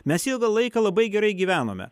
mes ilgą laiką labai gerai gyvenome